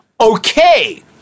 Okay